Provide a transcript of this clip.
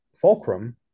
fulcrum